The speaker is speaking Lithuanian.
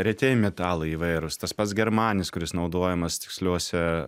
retieji metalai įvairūs tas pats germanis kuris naudojamas tiksliuose